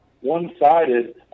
one-sided